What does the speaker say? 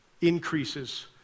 increases